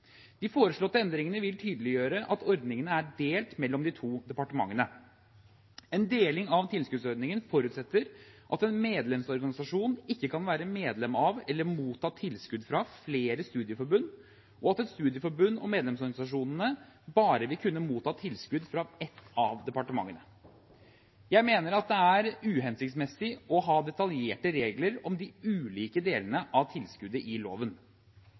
De foreslåtte endringene vil tydeliggjøre at ordningene er delt mellom de to departementene. En deling av tilskuddsordningen forutsetter at en medlemsorganisasjon ikke kan være medlem av eller motta tilskudd fra flere studieforbund, og at et studieforbund og medlemsorganisasjonene bare vil kunne motta tilskudd fra et av departementene. Jeg mener det er uhensiktsmessig å ha detaljerte regler om de ulike delene av tilskuddet i loven.